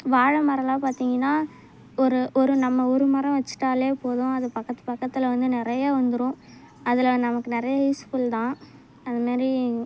வாழைமரோலாம் பார்த்திங்கனா ஒரு ஒரு நம்ம ஒரு மரம் வச்சுட்டாலே போது அது பக்கத்து பக்கத்தில் வந்து நிறைய வந்துடும் அதில் நமக்கு நிறைய யூஸ்ஃபுல் தான் அதுமாரி